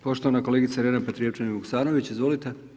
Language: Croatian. Poštovana kolegica Irena Petrijevčanin Vuksanović, izvolite.